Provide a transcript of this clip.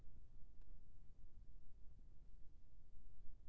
कोन सा योजना मे इन्वेस्टमेंट से जादा फायदा रही?